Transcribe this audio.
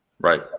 Right